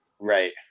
Right